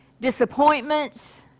Disappointments